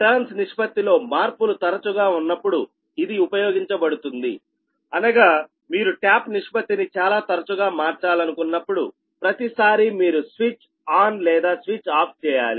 turns నిష్పత్తిలో మార్పులు తరచుగా ఉన్నప్పుడు ఇది ఉపయోగించబడుతుందిఅనగా మీరు ట్యాప్ నిష్పత్తిని చాలా తరచుగా మార్చాలనుకున్నప్పుడు ప్రతిసారీ మీరు స్విచ్ ఆన్ లేదా స్విచ్ ఆఫ్ చేయాలి